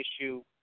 issue